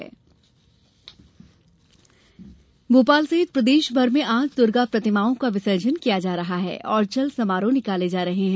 चल समारोह भोपाल सहित प्रदेशभर में आज दुर्गा प्रतिमाओं का विसर्जन किया जा रहा है और चल समारोह निकाले जा रहे हैं